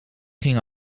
ging